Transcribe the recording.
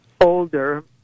older